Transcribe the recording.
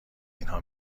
اینها